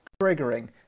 triggering